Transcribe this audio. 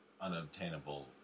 Unobtainable